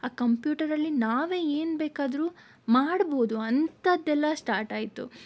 ಆ ಕಂಪ್ಯೂಟರಲ್ಲಿ ನಾವೇ ಏನ್ಬೇಕಾದ್ರೂ ಮಾಡಬಹುದು ಅಂಥದ್ದೆಲ್ಲ ಸ್ಟಾರ್ಟ್ ಆಯಿತು